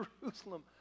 Jerusalem